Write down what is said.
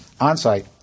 on-site